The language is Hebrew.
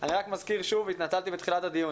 אני מזכיר שוב והתנצלתי בתחילת הדיון,